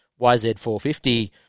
YZ450